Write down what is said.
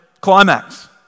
climax